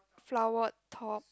flower top